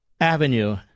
avenue